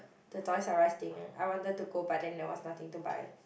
the Toy-R-Us thing ah I wanted to go but then there was nothing to buy